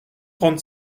trente